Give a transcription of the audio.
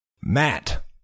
Matt